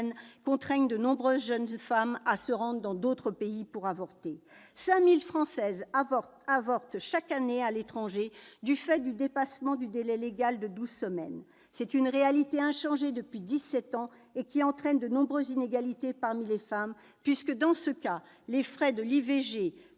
contraignent de nombreuses jeunes femmes à se rendre dans d'autres pays pour avorter. Ainsi 5 000 Françaises avortent-elles chaque année à l'étranger, du fait du dépassement du délai légal de douze semaines. C'est une réalité inchangée depuis dix-sept ans et qui entraîne de nombreuses inégalités parmi les femmes, puisque, dans ce cas, les frais liés à l'IVG, au